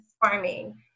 farming